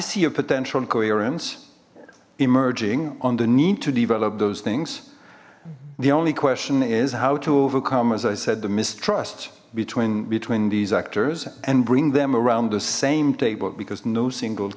see a potential coherence emerging on the need to develop those things the only question is how to overcome as i said the mistrust between between these actors and bring them around the same table because no single